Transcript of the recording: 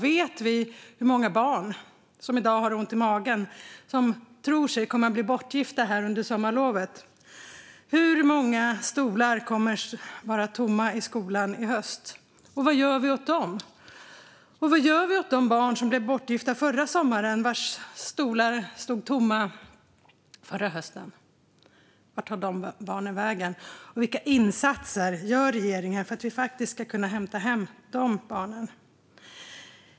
Vet vi hur många barn som i dag har ont i magen för att de tror sig komma att bli bortgifta under sommarlovet? Hur många stolar kommer att vara tomma i skolan i höst? Vad gör vi åt de barnen? Och vad gör vi åt de barn som blev bortgifta förra sommaren och vars stolar stod tomma förra hösten? Vart tar de barnen vägen? Vilka insatser gör regeringen för att vi ska kunna hämta hem dem?